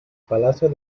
palacio